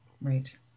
Right